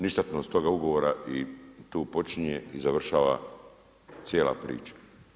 Ništetnost toga ugovora i tu počinje i završava cijela priča.